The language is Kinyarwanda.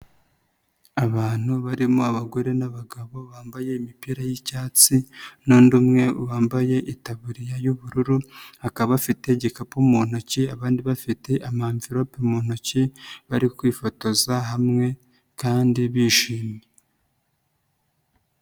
Abantu barimo abagore n'abagabo bambaye imipira y'icyatsi, n'undi umwe wambaye itaburiya y'ubururu, akaba afite igikapu mu ntoki abandi bafite amamvirope mu ntoki, bari kwifotoza hamwe kandi bishimye.